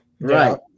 Right